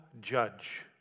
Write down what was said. Judge